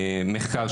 מרחוק,